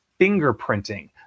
fingerprinting